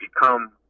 become